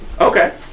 Okay